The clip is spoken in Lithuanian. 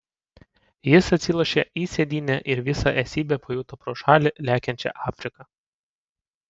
jis atsilošė į sėdynę ir visa esybe pajuto pro šalį lekiančią afriką